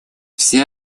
все